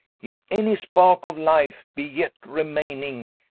if any sparke of life be yet remaining,